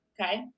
okay